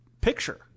picture